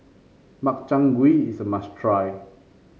Makchang Gui is a must try